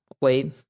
Wait